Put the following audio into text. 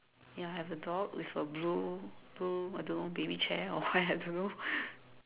ya I have a dog with a blue blue I don't know baby chair or what I don't know